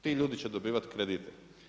Ti ljudi će dobivati kredite.